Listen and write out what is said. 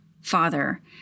Father